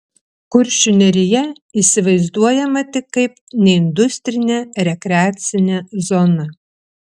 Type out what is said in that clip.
kuršių nerija įsivaizduojama tik kaip neindustrinė rekreacinė zona